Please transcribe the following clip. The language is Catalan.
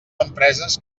empreses